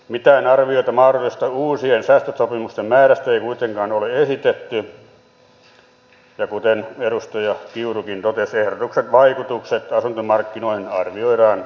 mitään arviota mahdollisesta uusien säästösopimusten määrästä ei kuitenkaan ole esitetty ja kuten edustaja kiurukin totesi ehdotuksen vaikutukset asuntomarkkinoihin arvioidaan vähäisiksi